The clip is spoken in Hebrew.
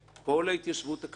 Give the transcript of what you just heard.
כל ההתיישבות הכפרית